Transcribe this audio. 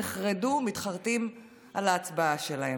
נחרדו, מתחרטים על ההצבעה שלהם.